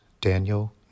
Daniel